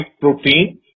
protein